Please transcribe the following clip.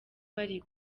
bari